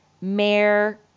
Mayor